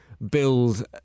build